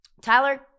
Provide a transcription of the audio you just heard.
Tyler